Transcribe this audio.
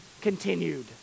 continued